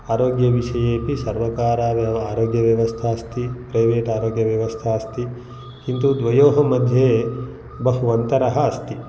आरोग्यविषयेपि सर्वकारव्यवस्था आरोग्यव्यवस्था अस्ति प्रेवेट् आरोग्यव्यवस्था अस्ति किन्तु द्वयोः मध्ये बह्वन्तरः अस्ति